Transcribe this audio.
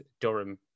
Durham